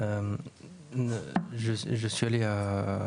אני יודע.